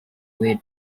way